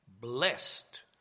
blessed